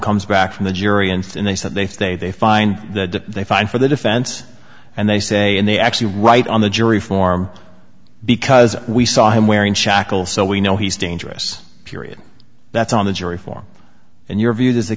comes back from the jury instead they said they stay they find that they find for the defense and they say and they actually write on the jury form because we saw him wearing shackles so we know he's dangerous period that's on the jury form and your view does the